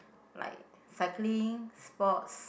like cycling sports